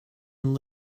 and